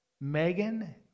Megan